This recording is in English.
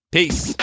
Peace